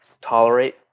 tolerate